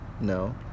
no